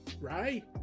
Right